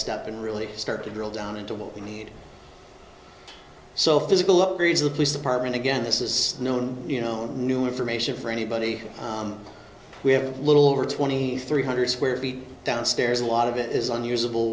step and really start to drill down into what we need so physical upgrades the police department again this is known you know new information for anybody we have a little over twenty three hundred square feet downstairs a lot of it is unusable